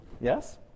yes